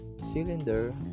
cylinder